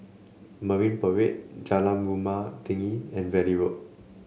Marine Parade Jalan Rumah Tinggi and Valley Road